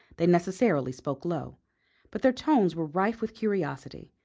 they necessarily spoke low but their tones were rife with curiosity,